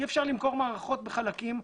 אי אפשר למכור מערכות בחלקים,